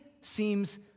seems